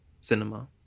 cinema